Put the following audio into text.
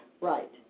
Right